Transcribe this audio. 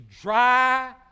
dry